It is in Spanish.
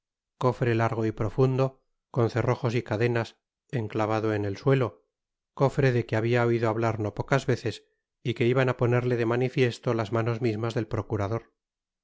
cofre largo y profundo con cerrojos y cadenas enclavado en el suelo cotre de que habia oido hablar no pocas veces y que iban á ponerle de maniüesto las manos mismas del procurador